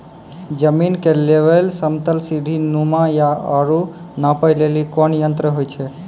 जमीन के लेवल समतल सीढी नुमा या औरो नापै लेली कोन यंत्र होय छै?